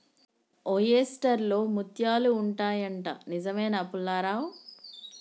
oyster లో ముత్యాలు ఉంటాయి అంట, నిజమేనా పుల్లారావ్